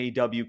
aw